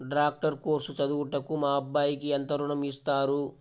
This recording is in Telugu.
డాక్టర్ కోర్స్ చదువుటకు మా అబ్బాయికి ఎంత ఋణం ఇస్తారు?